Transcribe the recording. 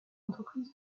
entreprise